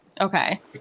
okay